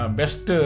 best